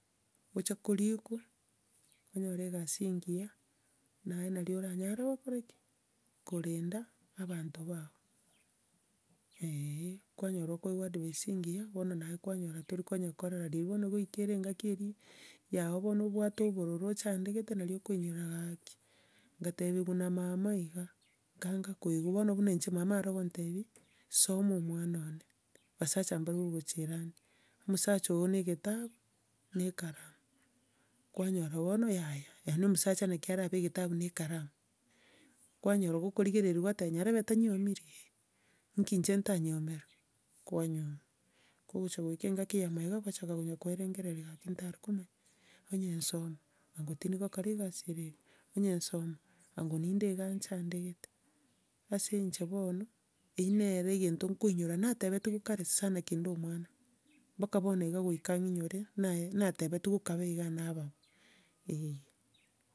Gocha korikwa, onyore egasi engiya, naye naria oranyare kokora ki? Korenda abanto bago, eh, kwanyora okoegwa advice engiya, bono naye kwanyora torikonyekorerania, riria bono gwaikeirie engaki eria yao bono obwate obororo ochandegete naria okoinyora gaki, ngatebiwa na mama iga, nkaanga koigwa, bono buna nche mama are ngotebia, soma omwana one, abasacha mbari kogochiera ande, omosacha ogo na egetabu na ekaramu. Kwanyora bono yaya, yaani omosacha naki arabe egetabu na ekaramu, kwanyora gokorigereria kwateba nyarebe tanyiomeri? Eh, nki inche ntanyiomera, kwanyioma. Kogocha goika engaki ya magega, kwachaka konya koerengereria gaki ntare komanya, onya nsoma, onanga ntindi kogora egasi ere iga, onya nsoma, onango ninde iga iga nchandegete? Ase inche bono, eyio nere egento nkoinyora natebetiwe kare sana kinde omwana, mpaka bono iga goika ng'inyore, nae- natebetiwe kabe iga naba bo eh.